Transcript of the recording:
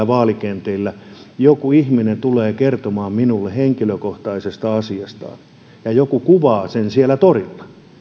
vaalikentillä kun joku ihminen tulee kertomaan minulle henkilökohtaisesta asiastaan ja joku kuvaa sen siellä torilla